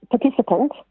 participant